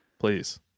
please